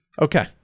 Okay